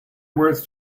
worth